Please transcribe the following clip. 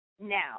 now